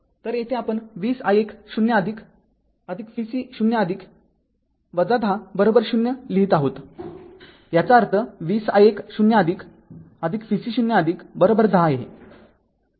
तर येथे आपण २०i१0 vc0 १०० लिहीत आहोतयाचा अर्थ २०i१0 vc0१० आहे